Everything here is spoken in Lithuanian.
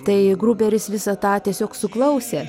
tai gruberis visą tą tiesiog suklausė